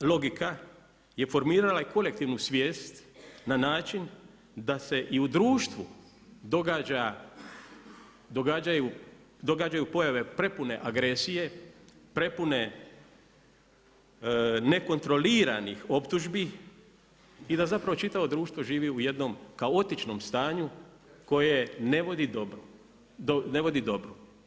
Ta logika je formirala i kolektivnu svijest na način da se i u društvu događaju pojave prepune agresije, prepune nekontroliranih optužbi i da zapravo čitavo društvo živi u jednom kaotičnom stanju koje ne vodi dobrom.